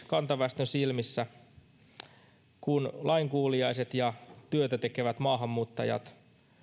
kantaväestön silmissä kun lainkuuliaiset ja työtä tekevät maahanmuuttajat